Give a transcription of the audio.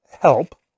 help